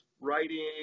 writing